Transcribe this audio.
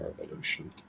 revolution